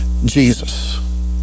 Jesus